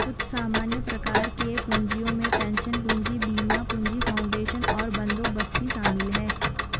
कुछ सामान्य प्रकार के पूँजियो में पेंशन पूंजी, बीमा पूंजी, फाउंडेशन और बंदोबस्ती शामिल हैं